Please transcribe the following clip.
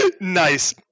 Nice